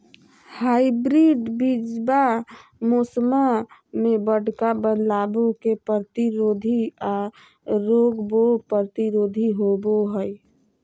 hybrid बीजावा मौसम्मा मे बडका बदलाबो के प्रतिरोधी आ रोगबो प्रतिरोधी होबो हई